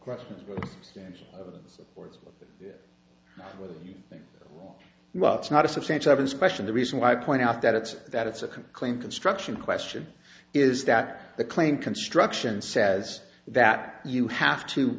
question then of course well it's not a substantial question the reason why i point out that it's that it's a can claim construction question is that the claim construction says that you have to